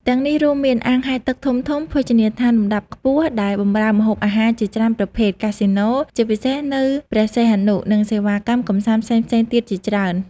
ទាំងនេះរួមមាន អាងហែលទឹកធំៗ ភោជនីយដ្ឋានលំដាប់ខ្ពស់ដែលបម្រើម្ហូបអាហារជាច្រើនប្រភេទ កាស៊ីណូ ជាពិសេសនៅព្រះសីហនុ និងសេវាកម្មកម្សាន្តផ្សេងៗទៀតជាច្រើន។